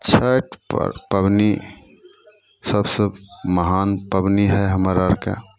छठि पर्व पबनी सबसे महान पबनी हइ हमर आओरके